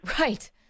Right